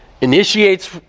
initiates